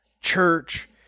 church